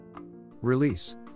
Release